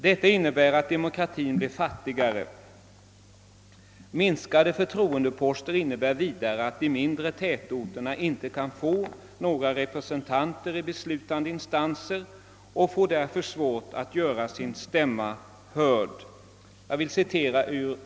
Detta innebär att demokratin blir fattigare.» Ett minskat antal förtroendeposter innebär vidare att de mindre tätorterna inte kan få några representanter i beslutande instanser och därför får svårt att göra sin stämma hörd.